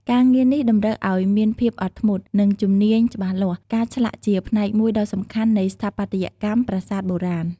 ការងារនេះតម្រូវឱ្យមានភាពអត់ធ្មត់ និងជំនាញច្បាស់លាស់ ការឆ្លាក់ជាផ្នែកមួយដ៏សំខាន់នៃស្ថាបត្យកម្មប្រាសាទបុរាណ។